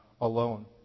alone